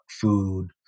food